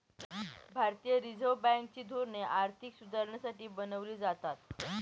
भारतीय reserve bank ची धोरणे आर्थिक सुधारणेसाठी बनवली जातात